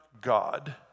God